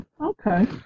okay